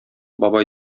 бабай